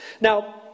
Now